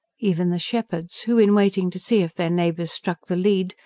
even the shepherds, who, in waiting to see if their neighbours struck the lead,